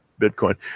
Bitcoin